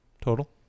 total